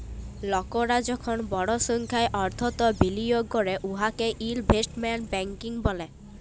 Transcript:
লকরা যখল বড় সংখ্যায় অথ্থ বিলিয়গ ক্যরে উয়াকে ইলভেস্টমেল্ট ব্যাংকিং ব্যলে